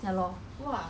but okay lah